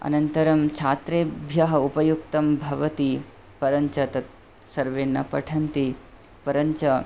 अनन्तरं छात्रेभ्यः उपयुक्तं भवति परञ्च तत् सर्वे न पठन्ति परञ्च